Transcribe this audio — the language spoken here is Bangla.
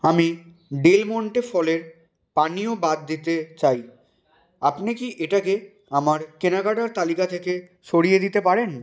আমি ডেল মন্টে ফলের পানীয় বাদ দিতে চাই আপনি কি এটাকে আমার কেনাকাটার তালিকা থেকে সরিয়ে দিতে পারেন